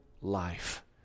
life